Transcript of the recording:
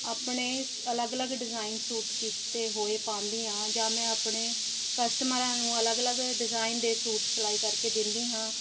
ਆਪਣੇ ਅਲੱਗ ਅਲੱਗ ਡਿਜ਼ਾਈਨ ਸੂਟ ਕੀਤੇ ਹੋਏ ਪਾਉਂਦੀ ਹਾਂ ਜਾਂ ਮੈਂ ਆਪਣੇ ਕਸਟਮਰਾਂ ਨੂੰ ਅਲੱਗ ਅਲੱਗ ਡਿਜ਼ਾਈਨ ਦੇ ਸੂਟ ਸਿਲਾਈ ਕਰਕੇ ਦਿੰਦੀ ਹਾਂ